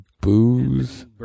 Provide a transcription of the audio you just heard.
booze